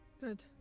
Good